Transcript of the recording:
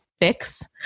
fix